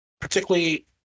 Particularly